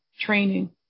training